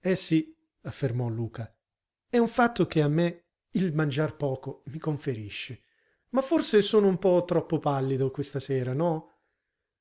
eh sì affermò luca è un fatto che a me il mangiar poco mi conferisce ma forse sono un po troppo pallido questa sera no